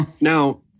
Now